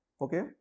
okay